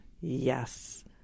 yes